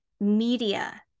media